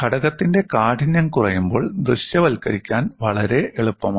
ഘടകത്തിന്റെ കാഠിന്യം കുറയുമ്പോൾ ദൃശ്യവൽക്കരിക്കാൻ വളരെ എളുപ്പമാണ്